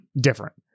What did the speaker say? different